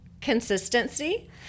consistency